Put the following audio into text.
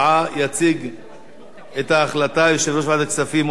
יציג את ההחלטה יושב-ראש ועדת הכספים משה גפני,